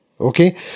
Okay